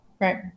Right